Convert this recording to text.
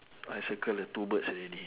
I circle the two birds already